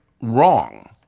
wrong